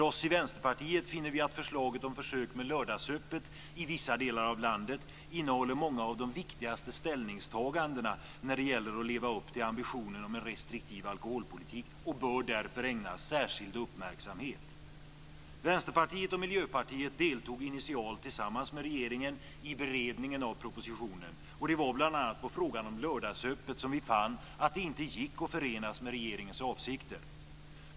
Vi i Vänsterpartiet finner att förslaget om försök med lördagsöppet i vissa delar av landet innehåller många av de viktigaste ställningstagandena när det gäller att leva upp till ambitionen om en restriktiv alkoholpolitik, och det bör därför ägnas särskild uppmärksamhet. Vänsterpartiet och Miljöpartiet deltog initialt tillsammans med regeringen i beredning av propositionen. Det var bl.a. frågan om lördagsöppet som vi fann inte gick att förena med regeringens avsikter.